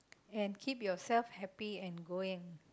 and keep yourself happy and going